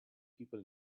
people